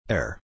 Air